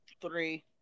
Three